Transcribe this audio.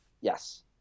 Yes